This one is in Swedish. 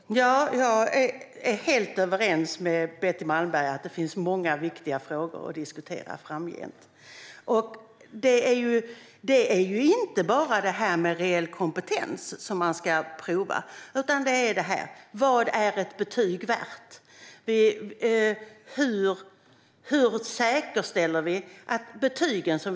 Fru talman! Jag är helt överens med Betty Malmberg om att det finns många viktiga frågor att diskutera framgent. Det är ju inte bara det här med reell kompetens som ska prövas. Man måste också fråga sig: Vad är ett betyg värt? Hur säkerställer vi att det fungerar med betygen?